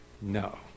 no